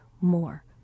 more